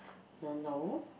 uh no